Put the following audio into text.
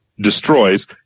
destroys